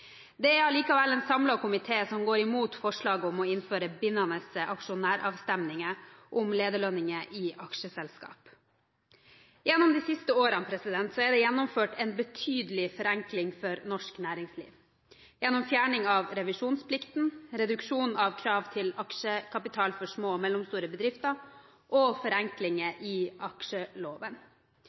lønnstakerne. Det er likevel en samlet komité som går imot forslaget om å innføre bindende aksjonæravstemninger om lederlønninger i aksjeselskap. Gjennom de siste årene er det gjennomført en betydelig forenkling for norsk næringsliv gjennom fjerning av revisjonsplikten, reduksjon av krav til aksjekapital for små og mellomstore bedrifter og forenklinger i aksjeloven.